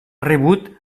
rebut